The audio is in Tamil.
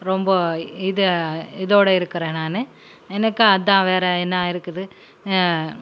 ரொம்ப இது இது இதோடய இருக்கிறேன் நான் எனக்கு அதுதான் வேற என்ன இருக்குது